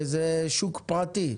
וזה שוק פרטי.